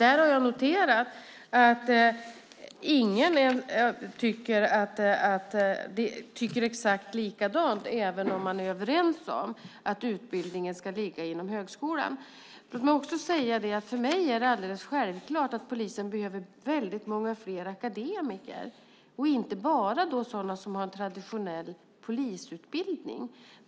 Där har jag noterat att ingen tycker exakt likadant, även om man är överens om att utbildningen ska ligga inom högskolan. För mig är det alldeles självklart att polisen behöver väldigt många fler akademiker, inte bara sådana som har en traditionell polisutbildning.